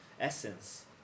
essence